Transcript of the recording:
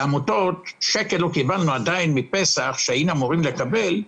העמותות לא קיבלו עדיין שקל מפסח למרות שהיינו אמורים לקבל.